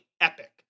epic